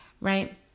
right